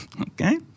okay